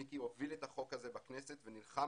מיקי הוביל את החוק הזה בכנסת ונלחם